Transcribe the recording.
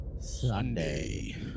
Sunday